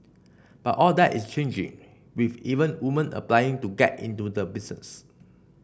but all that is changing with even women applying to get into the business